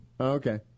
Okay